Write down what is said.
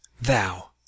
Thou